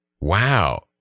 Wow